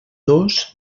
dos